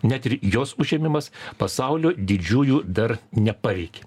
net ir jos užėmimas pasaulio didžiųjų dar nepaveikė